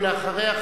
ולאחריה,